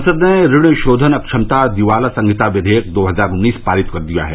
संसद ने ऋण शोधन अक्षमता और दिवाला संहिता विवेयक दो हजार उन्नीस पारित कर दिया है